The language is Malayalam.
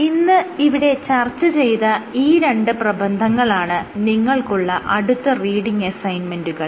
ഇന്ന് ഇവിടെ ചർച്ച ചെയ്ത ഈ രണ്ട് പ്രബന്ധങ്ങളാണ് നിങ്ങൾക്കുള്ള അടുത്ത റീഡിങ് അസൈൻമെന്റുകൾ